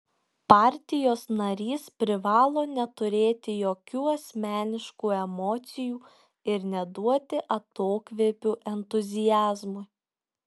partijos narys privalo neturėti jokių asmeniškų emocijų ir neduoti atokvėpio entuziazmui